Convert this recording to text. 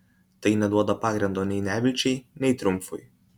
tai neduoda pagrindo nei nevilčiai nei triumfui